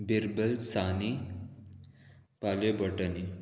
बिरबल सानी पाल्य बॉटनी